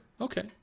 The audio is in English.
Okay